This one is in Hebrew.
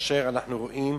ואנחנו רואים